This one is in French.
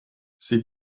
ses